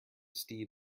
steed